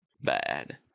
bad